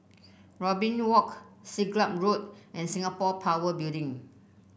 Robin Walk Siglap Road and Singapore Power Building